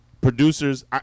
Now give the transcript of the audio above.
Producers